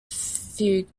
fugue